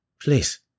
Please